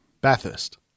Bathurst